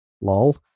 Lol